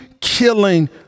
killing